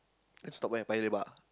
it stop at Paya-Lebar